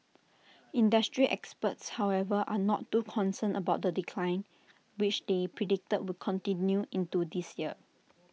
industry experts however are not too concerned about the decline which they predict will continue into this year